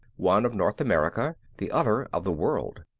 one of north america, the other of the world.